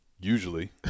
usually